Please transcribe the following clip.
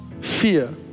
Fear